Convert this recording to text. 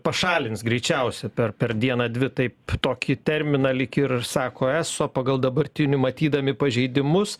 pašalins greičiausiaiper per dieną dvi taip tokį terminą lyg ir sako eso pagal dabartinį matydami pažeidimus